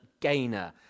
gainer